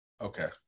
Okay